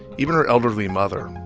even her elderly mother.